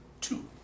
Two